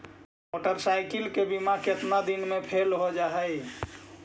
Motorcycle के बिमा केतना दिन मे फेल हो जा है?